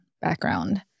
background